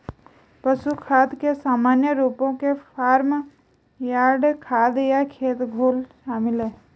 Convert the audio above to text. पशु खाद के सामान्य रूपों में फार्म यार्ड खाद या खेत घोल शामिल हैं